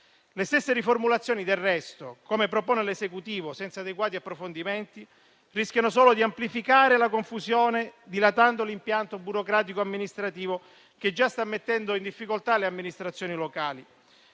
Le stesse riformulazioni, del resto, come propone l'Esecutivo senza adeguati approfondimenti, rischiano solo di amplificare la confusione, dilatando l'impianto burocratico-amministrativo che già sta mettendo in difficoltà le amministrazioni locali.